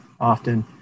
often